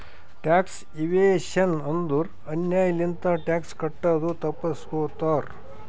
tax evasion ಅಂದುರ್ ಅನ್ಯಾಯ್ ಲಿಂತ ಟ್ಯಾಕ್ಸ್ ಕಟ್ಟದು ತಪ್ಪಸ್ಗೋತಾರ್